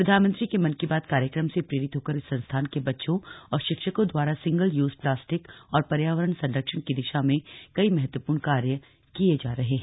प्रधानमंत्री के मन की बात कार्यक्रम से प्रेरित होकर इस संस्थान के बच्चों और शिक्षकों द्वारा सिंगल यूज प्लास्टिक और पर्यावरण संरक्षण की दिशा में कई महत्वपूर्ण कार्य किए जा रहे हैं